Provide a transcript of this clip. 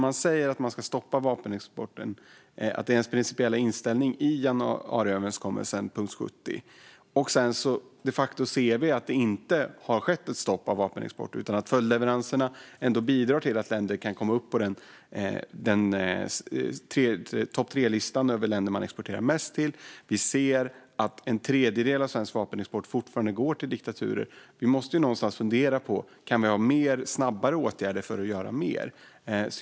Man säger att man ska stoppa vapenexporten och att det är den principiella inställningen i punkt 70 i januariöverenskommelsen, och sedan ser vi att det de facto inte har skett något stopp för vapenexporten utan att följdleveranserna bidrar till att länder kan komma upp på topp-tre-listan över de länder som man exporterar mest till. Vi ser att en tredjedel av svensk vapenexport fortfarande går till diktaturer. Vi måste någonstans fundera på om vi kan ha fler och snabbare åtgärder för att göra mer.